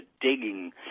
digging